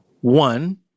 One